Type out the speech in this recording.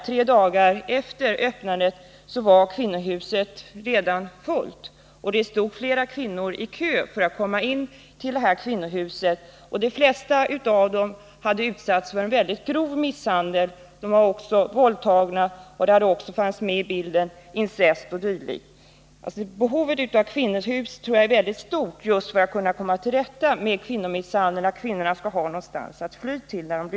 Tre dagar efter öppnandet av det kvinnohuset var det redan fullt, och flera kvinnor stod i kö för att få kommain. De flesta av dem hade utsatts för grov misshandel, många av dem hade också blivit våldtagna, med i bilden fanns vidare incest m.m. Behovet av kvinnohus är oerhört stort just för att man skall kunna komma till rätta med kvinnomisshandeln och för att kvinnorna skall ha någonstans att fly.